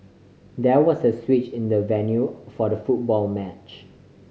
there was a switch in the venue for the football match